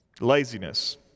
Laziness